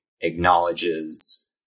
acknowledges